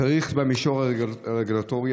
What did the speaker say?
צריך במישור הרגולטורי,